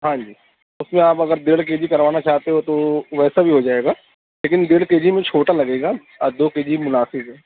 ہاں جی اس میں اگر آپ ڈیڑھ کے جی کروانا چاہتے ہو تو ویسا بھی ہو جائے گا لیکن دیڑھ کے جی میں چھوٹا لگے گا دو کے جی مناسب ہے